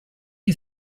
you